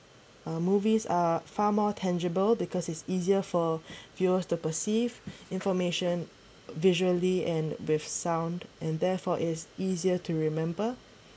uh movies are far more tangible because it's easier for viewers the perceive information visually and with sound and therefore it's easier to remember